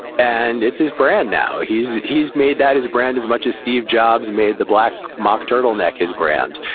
and it's his brand now. he's he's made that his brand, as much as steve jobs made the black mock turtleneck his brand.